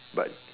but